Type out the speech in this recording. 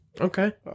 Okay